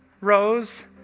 Rose